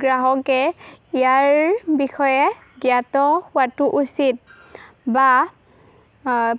গ্ৰাহকে ইয়াৰ বিষয়ে জ্ঞাত হোৱাটো উচিত বা